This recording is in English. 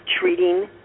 treating